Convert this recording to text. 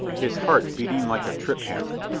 his heart beating like a trip hammer,